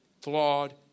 flawed